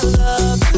love